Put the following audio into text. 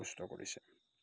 সুস্থ কৰিছে